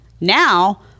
Now